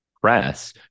press